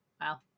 Wow